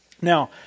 Now